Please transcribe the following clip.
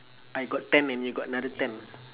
I got ten and you got another ten